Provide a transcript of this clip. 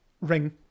ring